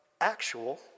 actual